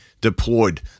deployed